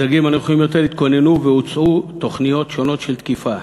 בדרגים הנמוכים יותר התכוננו והוצעו תוכניות שונות של תקיפה.